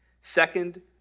Second